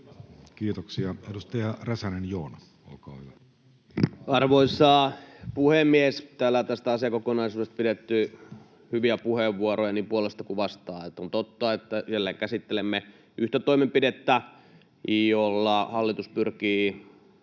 muuttamisesta Time: 14:25 Content: Arvoisa puhemies! Täällä on tästä asiakokonaisuudesta pidetty hyviä puheenvuoroja niin puolesta kuin vastaan. On totta, että jälleen käsittelemme yhtä toimenpidettä, jolla hallitus pyrkii